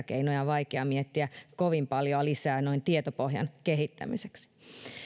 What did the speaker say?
keinoja on vaikea miettiä kovin paljoa lisää noin tietopohjan kehittämiseksi